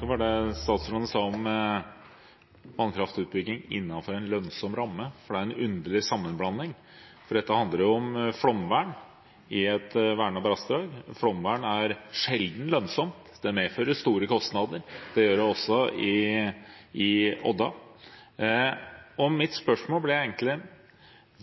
var det statsråden sa om vannkraftutbygging innenfor en lønnsom ramme, for det er en underlig sammenblanding. Dette handler jo om flomvern i et vernet vassdrag. Flomvern er sjelden lønnsomt, det medfører store kostnader. Det gjør det også i Odda. Mitt spørsmål blir egentlig: